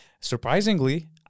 surprisingly